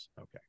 okay